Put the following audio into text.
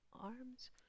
arms